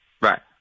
Right